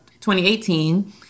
2018